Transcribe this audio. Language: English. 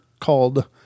called